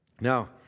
Now